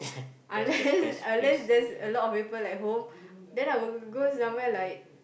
unless unless there's a lot of people at home then I would go somewhere like